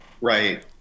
Right